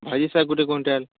ଭାଜି ଶାଗ ଗୁଟେ କୁଇଣ୍ଟାଲ୍